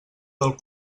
del